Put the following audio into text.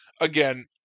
again